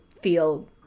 feel